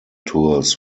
tours